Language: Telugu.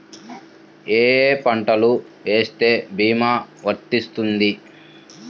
ఏ ఏ పంటలు వేస్తే భీమా వర్తిస్తుంది?